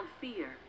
fear